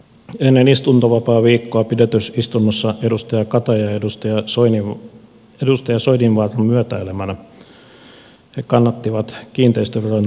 ennen istuntovapaaviikkoa pidetyssä istunnossa edustaja kataja edustaja soininvaaran myötäilemänä kannatti kiinteistöveron moninkertaistamista